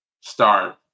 start